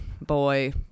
boy